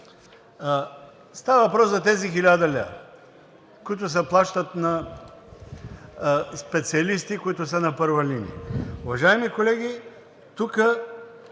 Става въпрос за тези 1000 лв., които се плащат на специалисти, които са на първа линия. Уважаеми колеги, тук